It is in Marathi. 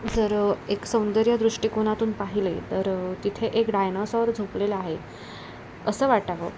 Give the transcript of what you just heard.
जर एक सौंदर्य दृष्टिकोनातून पाहिले तर तिथे एक डायनॉसॉर झोपलेला आहे असं वाटावं